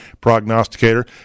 Prognosticator